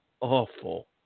awful